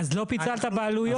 אז לא פיצלת בעלויות.